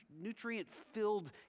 nutrient-filled